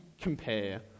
compare